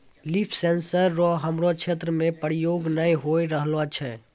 लिफ sensor रो हमरो क्षेत्र मे प्रयोग नै होए रहलो छै